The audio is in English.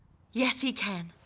yes, he can.